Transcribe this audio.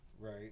Right